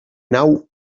nau